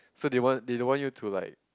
so they want they don't you to like